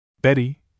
Betty